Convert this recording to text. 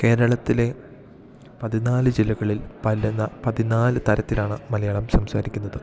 കേരളത്തിലെ പതിനാല് ജില്ലകളിൽ പലന്ന പതിനാല് തരത്തിലാണ് മലയാളം സംസാരിക്കുന്നത്